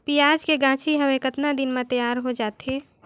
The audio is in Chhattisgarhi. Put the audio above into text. पियाज के गाछी हवे कतना दिन म तैयार हों जा थे?